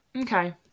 Okay